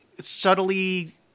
subtly